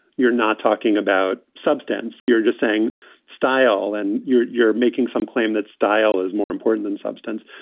you're not talking about substance. you're just saying style. and you're you're making some claim that style is more important than substance.